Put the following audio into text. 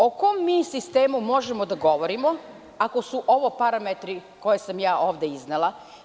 O kom mi sistemu možemo da govorimo ako su ovo parametri koje sam ja ovde iznela?